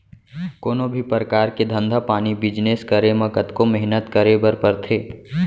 कोनों भी परकार के धंधा पानी बिजनेस करे म कतको मेहनत करे बर परथे